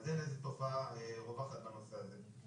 אין תופעה רווחת בנושא הזה.